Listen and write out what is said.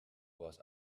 was